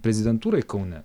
prezidentūrai kaune